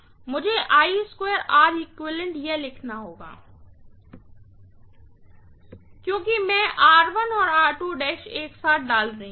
तो मुझे यह लिखना होगा क्योंकि मैं और एक साथ डाल रही हूँ